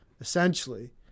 essentially